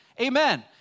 Amen